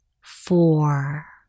Four